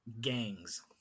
Gangs